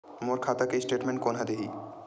मोर खाता के स्टेटमेंट कोन ह देही?